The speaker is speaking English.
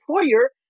employer